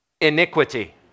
iniquity